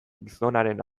gizonaren